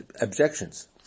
objections